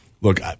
Look